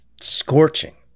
scorching